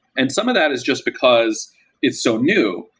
and some of that is just because it's so new.